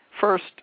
First